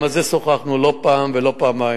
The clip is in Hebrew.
גם על זה שוחחנו לא פעם ולא פעמיים.